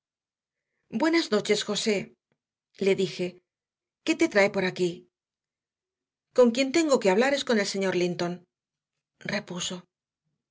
buenas noches josé le dije qué te trae por aquí con quien tengo que hablar es con el señor linton repuso